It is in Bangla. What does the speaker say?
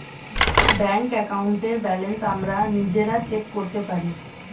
ব্যাংক অ্যাকাউন্টের ব্যালেন্স আমরা নিজেরা চেক করতে পারি